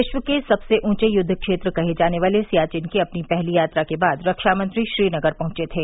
विश्व के सबसे ऊंचे युद्व क्षेत्र कहे जाने वाले सियाचिन की अपनी पहली यात्रा के बाद रक्षा मंत्री श्रीनगर पहुंचे थे